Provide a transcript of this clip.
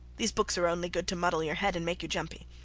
these books are only good to muddle your head and make you jumpy.